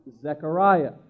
Zechariah